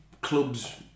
clubs